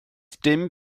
dim